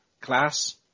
class